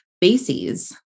bases